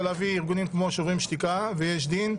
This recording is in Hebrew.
להביא ארגונים כמו שוברים שתיקה ויש דין.